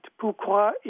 Pourquoi